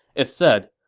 it said,